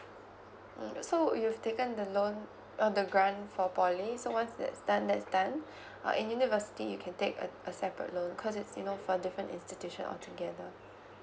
mm so you've taken the loan uh the grant for poly so once that's done that's done uh in university you can take a a separate loan cause it's you know for different institution altogether